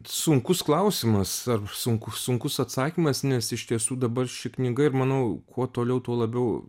sunkus klausimas ar sunku sunkus atsakymas nes iš tiesų dabar ši knyga ir manau kuo toliau tuo labiau